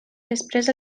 després